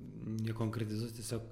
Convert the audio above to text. nekonkretizuosiu tiesiog